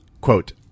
Quote